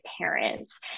parents